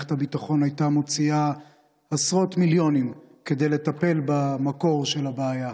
ומערכת הביטחון הייתה מוציאה עשרות מיליונים כדי לטפל במקור של הבעיה.